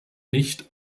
nicht